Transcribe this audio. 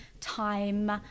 time